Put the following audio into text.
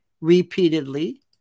repeatedly